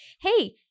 hey